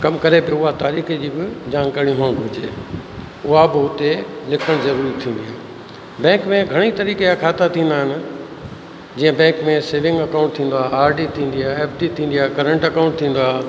कम करे पियो उआ तारीख़ जी बि जानकारी हुजणु घुरिजे उहा बि हुते लिखणु ज़रूरी थींदी आहे बैंक में घणई तरीक़े जा खाता थींदा आहिनि जीअं बैंक में सेविंग अकाउंट थींदो आहे आरडी थींदी आहे एफडी थींदी आहे करेंट अकाउंट थींदो आहे